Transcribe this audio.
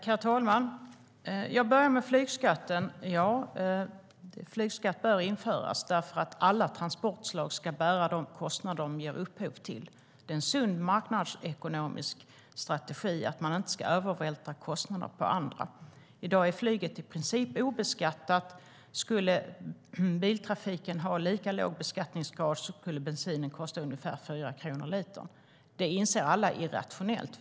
Herr talman! Jag börjar med flygskatten. Ja, flygskatt bör införas, därför att alla transportslag ska bära de kostnader de ger upphov till. Det är en sund marknadsekonomisk strategi att man inte ska övervältra kostnader på andra. I dag är flyget i princip obeskattat. Om biltrafiken skulle ha lika låg beskattningsgrad skulle bensinen kosta ungefär 4 kronor litern. Det inser alla är irrationellt.